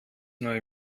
neue